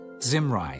Zimri